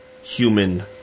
Human